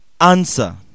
Answer